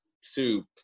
Soup